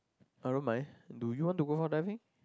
I don't mind do you want to go out diving